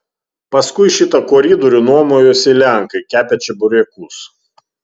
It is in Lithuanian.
paskui šitą koridorių nuomojosi lenkai kepę čeburekus